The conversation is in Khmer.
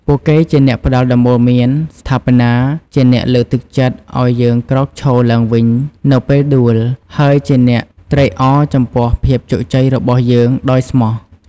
ពួកគេជាអ្នកផ្តល់ដំបូន្មានស្ថាបនា ជាអ្នកលើកទឹកចិត្តឲ្យយើងក្រោកឈរឡើងវិញនៅពេលដួល ហើយជាអ្នកត្រេកអរចំពោះភាពជោគជ័យរបស់យើងដោយស្មោះ។